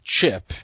chip